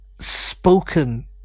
spoken